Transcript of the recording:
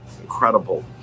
incredible